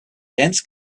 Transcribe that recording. dense